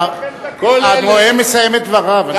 הנואם מסיים את דבריו.